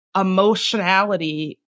emotionality